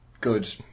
Good